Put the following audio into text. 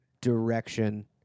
direction